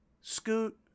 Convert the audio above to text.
Scoot